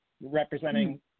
representing